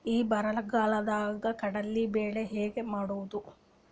ಈ ಬರಗಾಲದಾಗ ಕಡಲಿ ಬೆಳಿ ಹೆಂಗ ಮಾಡೊದು?